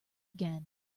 again